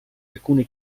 alcune